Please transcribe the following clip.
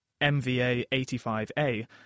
MVA85A